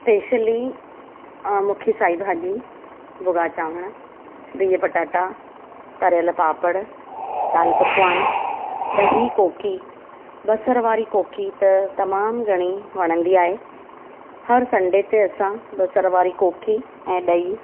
specially मूंखे साई भाॼी भुॻा चांवर बिहु पटाटा तरियल पापड़ दाल पकवान ॾही कोकी ॿसरु वारी कोकी त तमामु घणी वणंदी आहे हर सनडे ते असां ॿसरु वारी कोकी ऐं ॾही